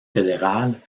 fédérale